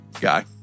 guy